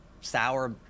sour